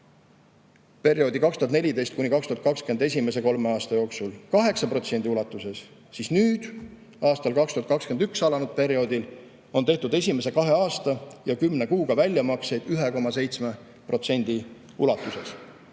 perioodi 2014–2020 esimese kolme aasta jooksul 8% ulatuses, siis nüüd, aastal 2021 alanud perioodil on tehtud esimese kahe aasta ja 10 kuuga väljamakseid 1,7% ulatuses.